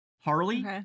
Harley